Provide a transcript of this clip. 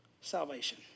Salvation